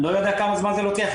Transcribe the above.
אני לא יודע כמה זמן זה לוקח,